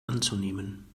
anzunehmen